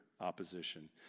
opposition